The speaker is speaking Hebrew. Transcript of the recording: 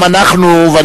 מס' 5473 ו-5474.